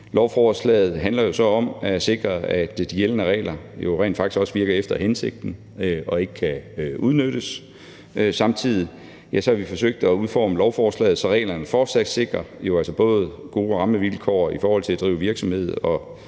Lovforslaget handler så om at sikre, at de gældende regler jo rent faktisk også virker efter hensigten og ikke kan udnyttes. Samtidig har vi forsøgt at udforme lovforslaget, så reglerne fortsat sikrer gode rammevilkår i forhold til at drive virksomhed,